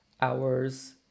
hours